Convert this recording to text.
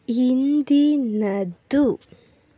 ಹಿಂದಿನದ್ದು